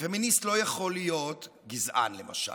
שפמיניסט לא יכול להיות גזען, למשל,